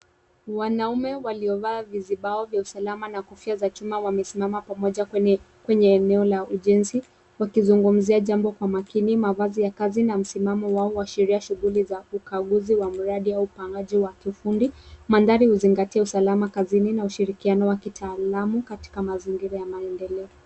Wanaume waliovaa vizibao vya usalama na kofia za chuma wamesimama pamoja kwenye eneo la ujenzi, wakizungumzia jambo kwa makini. Mavazi ya kazi na msimamo wao huashiria shughuli za ukaguzi wa mradi au upangaji wa kifundi. Mandhari huzingatia usalama kazini, na ushirikiano wa kitaalamu katika mazingira ya maendeleo.